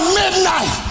midnight